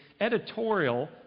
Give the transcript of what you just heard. editorial